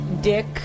dick